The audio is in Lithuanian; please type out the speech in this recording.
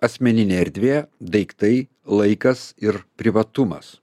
asmeninė erdvė daiktai laikas ir privatumas